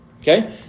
Okay